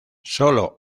sólo